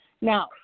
Now